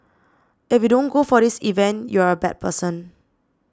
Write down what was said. if you don't go for this event you're a bad person